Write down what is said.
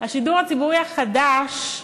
השידור הציבורי החדש,